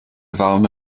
warme